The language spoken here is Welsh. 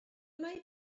mae